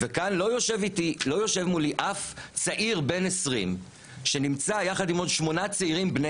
וכאן לא יושב מולי אף צעיר בן 20 שנמצא יחד עם עוד שמונה צעירים בני